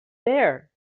there